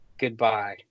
goodbye